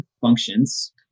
functions